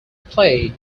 play